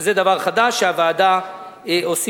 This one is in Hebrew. זה דבר חדש שהוועדה הוסיפה.